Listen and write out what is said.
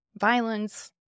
violence